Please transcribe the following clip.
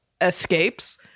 escapes